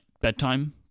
bedtime